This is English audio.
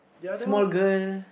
small girl